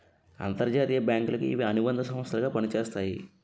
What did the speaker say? అంతర్జాతీయ బ్యాంకులకు ఇవి అనుబంధ సంస్థలు గా పనిచేస్తాయి